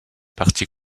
parti